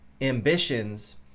ambitions